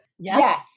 Yes